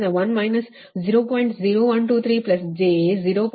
00264 ನಿಮ್ಮ VR ರ್ನಿಂದ ಗುಣಿಸಿ ಇದು 38